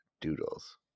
Doodles